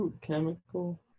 chemical